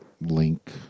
link